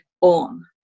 on